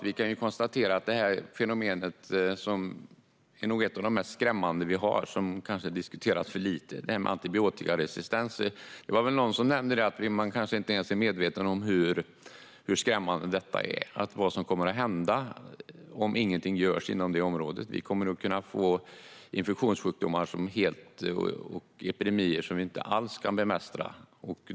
Vi kan konstatera att antibiotikaresistens nog är ett av de mest skrämmande fenomen vi har och kanske diskuteras för lite. Någon nämnde att man kanske inte ens är medveten om hur skrämmande detta är och vad som kommer att hända om inget görs inom detta område. Vi kommer att få infektionssjukdomar och epidemier som vi inte alls kan bemästra.